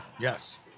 Yes